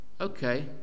okay